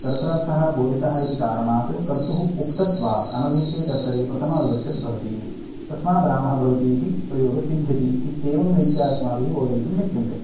कर्त्रर्थः बोधितः इति कारणात् कर्तुः उक्तत्वात् अनभिहिते कर्तरि प्रथमाविभक्तिर्भवति तस्मात् रामः भवति इति प्रयोग सिद्ध्यति इत्येवं रीत्या अस्माभिः बोधयितुं शक्यन्ते